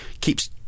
keeps